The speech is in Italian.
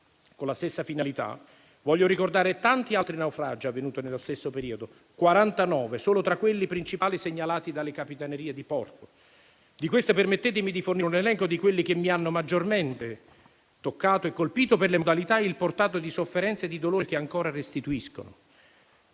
Con la stessa finalità voglio ricordare tanti altri naufragi avvenuti nello stesso periodo, 49 solo tra quelli principali segnalati dalle capitanerie di porto. Di questi permettetemi di fornire un elenco di quelli che mi hanno maggiormente toccato per le modalità e il portato di sofferenza e di dolore che ancora restituiscono.